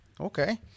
Okay